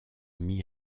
mis